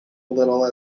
little